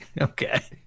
Okay